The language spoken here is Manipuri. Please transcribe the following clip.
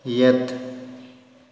ꯌꯦꯠ